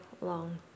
long